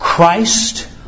Christ